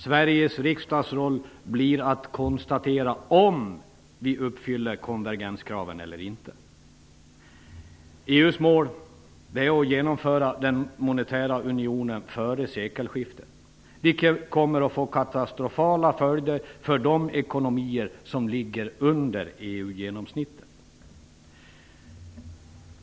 Sveriges riksdags roll blir att konstatera om vi uppfyller konvergenskraven eller inte. EU:s mål är ju att genomföra den monetära unionen före sekelskiftet, vilket kommer att få katastrofala följder för de ekonomier som ligger under EU-genomsnittet.